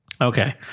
okay